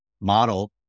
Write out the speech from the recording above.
model